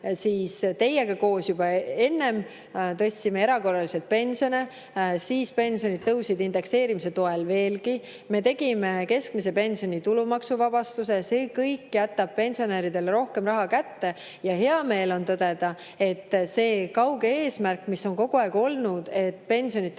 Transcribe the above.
– teiega koos, juba enne – erakorraliselt pensione. Ja pensionid tõusid indekseerimise toel veelgi. Me tegime keskmise pensioni tulumaksuvabastuse. See kõik jätab pensionäridele rohkem raha kätte. Ja hea meel on tõdeda, et [jõus on] see kauge eesmärk, mis on kogu aeg olnud, et pensionide